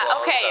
okay